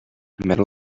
metal